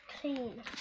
clean